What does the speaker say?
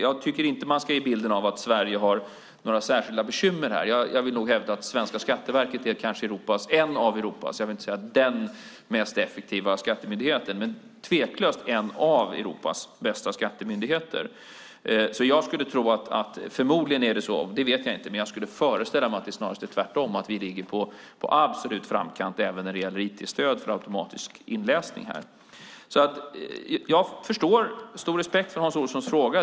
Jag tycker inte att man ska ge bilden av att Sverige har några särskilda bekymmer här. Jag vill kanske inte säga att det svenska Skatteverket är den mest effektiva skattemyndigheten, men tveklöst hävdar jag att det är en av Europas bästa skattemyndigheter. Förmodligen är det så - det vet jag inte, men jag skulle föreställa mig det - att vi snarast ligger i absolut framkant även när det gäller IT-stöd för automatisk inläsning. Jag har stor respekt för Hans Olssons fråga.